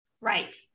right